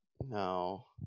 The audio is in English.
No